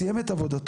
סיים את עבודתו?